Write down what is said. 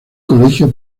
colegio